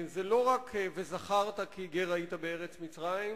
זה לא רק "וזכרת כי גר היית בארץ מצרים",